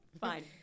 Fine